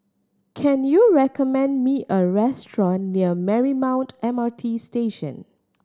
can you recommend me a restaurant near Marymount M R T Station